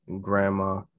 grandma